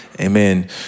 Amen